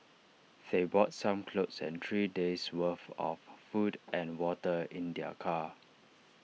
they brought some clothes and three days' worth of food and water in their car